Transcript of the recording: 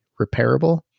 repairable